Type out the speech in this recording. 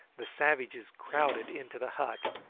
the savages crowded into the hut,